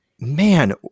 man